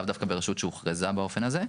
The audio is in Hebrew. לאו דווקא לרשות שהוכרזה באופן הזה,